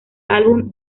álbum